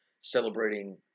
celebrating